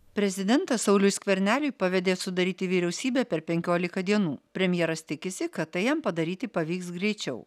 prezidentas sauliui skverneliui pavedė sudaryti vyriausybę per penkiolika dienų premjeras tikisi kad tai jam padaryti pavyks greičiau